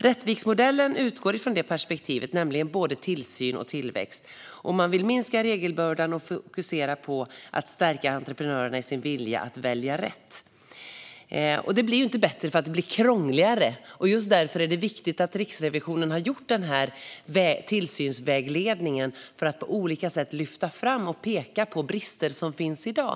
Rättviksmodellen utgår från det perspektivet, det vill säga både tillsyn och tillväxt. Man vill minska regelbördan och fokusera på att stärka entreprenörerna i deras vilja att välja rätt. Det blir inte bättre för att det blir krångligare, och just därför är det viktigt att Riksrevisionen har gjort denna tillsynsvägledning för att på olika sätt lyfta fram och peka på de brister som finns i dag.